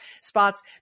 spots